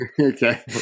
Okay